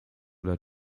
oder